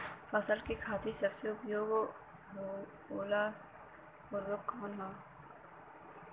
फसल के खातिन सबसे उपयोग वाला उर्वरक कवन होखेला?